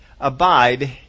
Abide